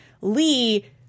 lee